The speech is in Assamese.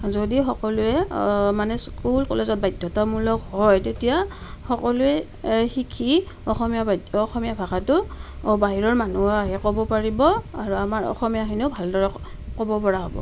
যদি সকলোৱে মানে স্কুল কলেজত বাধ্যতামূলক হয় তেতিয়া সকলোৱে শিকি অসমীয়া বাই অসমীয়া ভাষাটো বাহিৰৰ মানুহে আহি ক'ব পাৰিব আৰু আমাৰ অসমীয়াখিনিয়েও ভালদৰে ক'ব পৰা হ'ব